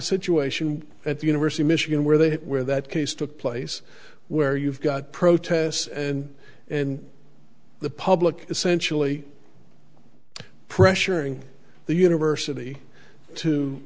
situation at the university of michigan where they where that case took place where you've got protests and and the public essentially pressuring the university to